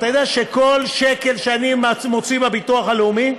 אתה יודע שכל שקל שאני מוציא מהביטוח הלאומי,